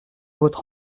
votre